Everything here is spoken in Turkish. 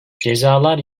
cezalar